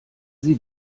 sie